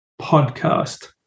podcast